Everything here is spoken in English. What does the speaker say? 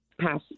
pass